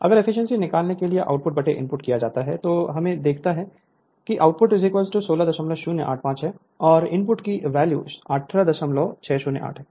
अगर एफिशिएंसी निकालने के लिए आउटपुट इनपुट किया जाए तो हमने देखा था की आउटपुट 16085 है और इनपुट की वैल्यू 18608 है